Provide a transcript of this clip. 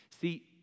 See